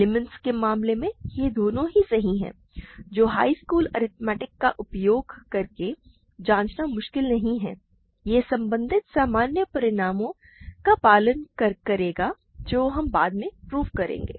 elements के मामले में ये दोनों ही सही हैं जो हाई स्कूल अर्थमैटिक का उपयोग करके जांचना मुश्किल नहीं है यह संबंधित सामान्य परिणामों का पालन करेगा जो हम बाद में प्रूव करेंगे